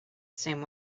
same